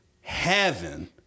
heaven